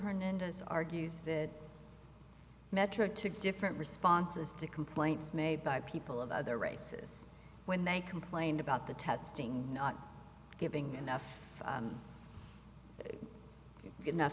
hernandez argues that metro two different responses to complaints made by people of other races when they complained about the testing not giving enough